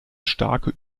starke